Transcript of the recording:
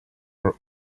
are